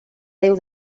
déu